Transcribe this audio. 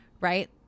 right